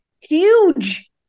huge